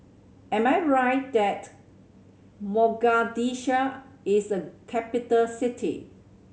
am I right that Mogadishu is a capital city